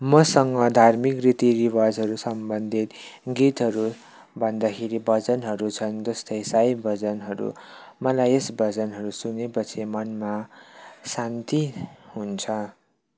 मसँग धार्मिक रीतिरिवाजहरूसँग सम्बन्धित गीतहरू भन्दाखेरि भजनहरू छन् जस्तै साईँ भजनहरू मलाई यस भजनहरू सुनेपछि मनमा शान्ति हुन्छ